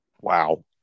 Wow